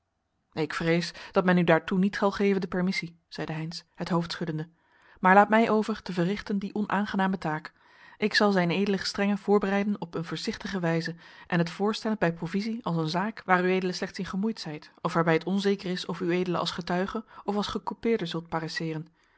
ik vrees dat men u daartoe niet zal geven de permissie zeide heynsz het hoofd schuddende maar laat mij over te verrichten die onaangename taak ik zal z ed gestr voorbereiden op eene voorzichtige wijze en het voorstellen bij provisie als een zaak waar ued slechts in gemoeid zijt of waarbij het onzeker is of ued als getuige of als geculpeerde zult